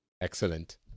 Excellent